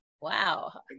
Wow